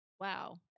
wow